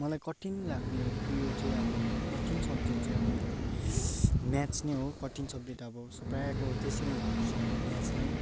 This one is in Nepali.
मलाई कठिन लाग्ने उयो चाहिँ अब कठिन सब्जेक्ट चाहिँ मेरो म्याथ नै हो कठिन सब्जेक्ट अब प्रायःको त्यस्तै हुँदो रहेछ म्याथमै